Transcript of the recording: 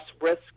risk